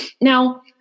Now